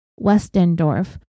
Westendorf